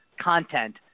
content